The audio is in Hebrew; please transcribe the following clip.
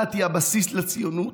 הדת היא הבסיס לציונות,